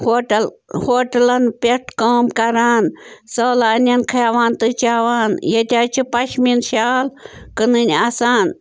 hotel ہوٹلَن پٮ۪ٹھ کٲم کران سٲلٲنٮ۪ن کھیاوان تہٕ چاوان ییٚتہِ حظ چھِ پشمیٖن شال کٕنٕنۍ آسان